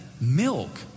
milk